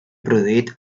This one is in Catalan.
produït